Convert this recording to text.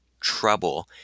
trouble